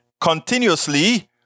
continuously